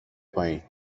پایین